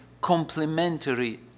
complementary